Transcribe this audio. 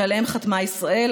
שישראל חתמה עליהם.